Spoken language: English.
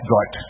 God